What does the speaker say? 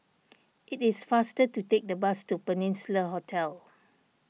it is faster to take the bus to Peninsula Hotel